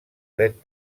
dret